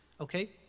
Okay